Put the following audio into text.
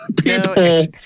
People